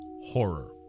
horror